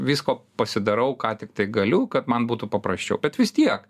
visko pasidarau ką tiktai galiu kad man būtų paprasčiau bet vis tie